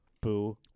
Boo